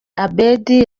abedy